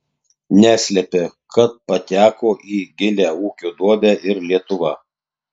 neslepia kad pateko į gilią ūkio duobę ir lietuva